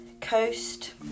coast